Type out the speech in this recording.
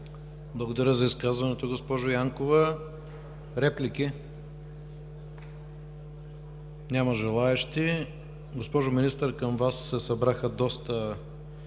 Благодаря за изказването, госпожо Янкова. Реплики? Няма желаещи. Госпожо Министър, към Вас се събраха доста